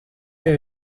ibi